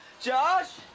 Josh